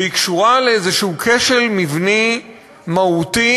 והיא קשורה לאיזשהו כשל מבני מהותי